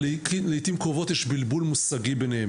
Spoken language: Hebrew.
לעיתים קרובות יש בלבול מושגי ביניהם.